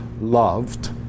loved